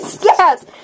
Yes